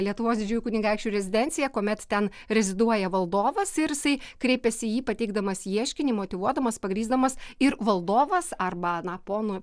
lietuvos didžiųjų kunigaikščių rezidenciją kuomet ten reziduoja valdovas ir jisai kreipiasi į jį pateikdamas ieškinį motyvuodamas pagrįsdamas ir valdovas arba na ponų